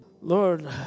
Lord